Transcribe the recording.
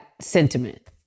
sentiment